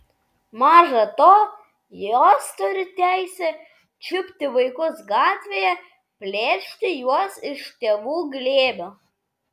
maža to jos turi teisę čiupti vaikus gatvėje plėšti juos iš tėvų glėbio